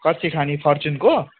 कच्चीखानी फर्च्युनको